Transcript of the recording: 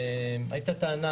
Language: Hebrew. היתה טענה